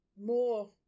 more